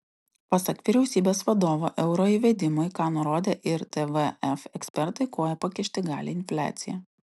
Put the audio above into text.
pasak vyriausybės vadovo euro įvedimui ką nurodė ir tvf ekspertai koją pakišti gali infliacija